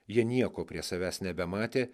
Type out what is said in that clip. jie nieko prie savęs nebematė